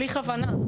בלי כוונה?